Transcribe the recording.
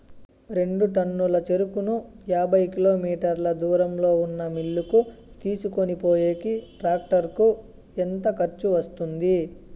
రెండు టన్నుల చెరుకును యాభై కిలోమీటర్ల దూరంలో ఉన్న మిల్లు కు తీసుకొనిపోయేకి టాక్టర్ కు ఎంత ఖర్చు వస్తుంది?